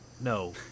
no